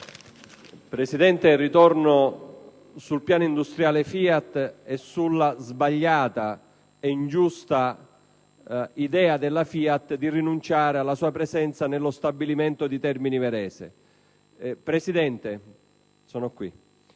Presidente, ritorno sul piano industriale FIAT e sulla sbagliata e ingiusta idea della FIAT di rinunciare alla sua presenza nello stabilimento di Termini Imerese. Presidente, la